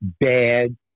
bad